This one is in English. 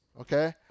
okay